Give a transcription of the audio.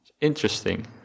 interesting